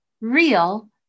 real